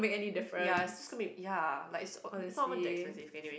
it's ya it's just gonna make ya like it's not even that expensive okay anyway